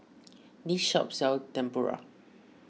this shop sells Tempura